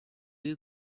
you